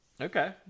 okay